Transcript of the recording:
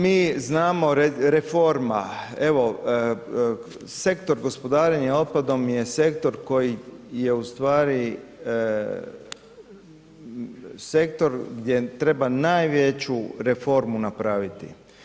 Mi znamo reforma, evo sektor gospodarenja otpadom je sektor koji je u stvari sektor gdje treba najveću reformu napraviti.